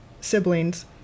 siblings